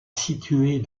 située